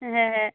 হ্যাঁ হ্যাঁ